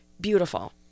beautiful